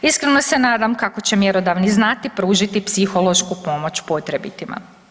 Iskreno se nadam kako će mjerodavni znati pružiti psihološku podršku potrebitima.